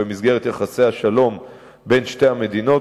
ובמסגרת יחסי השלום בין שתי המדינות